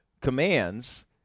commands